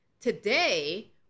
Today